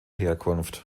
herkunft